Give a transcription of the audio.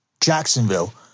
Jacksonville